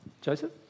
Joseph